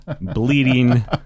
bleeding